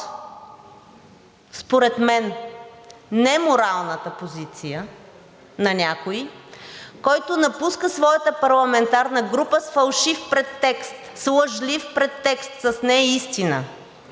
от според мен неморалната позиция на някого, който напуска своята парламентарна група с фалшив претекст, с лъжлив претекст, с неистина,